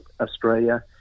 Australia